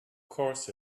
course